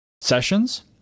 sessions